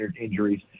injuries